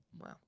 Wow